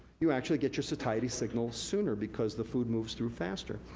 you actually get your satiety signal sooner, because the food moves through faster.